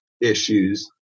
issues